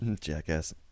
Jackass